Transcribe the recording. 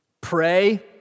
Pray